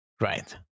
Right